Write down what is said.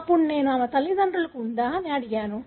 అప్పుడు నేను ఆమె తల్లిదండ్రులకు ఉందా అని అడిగాను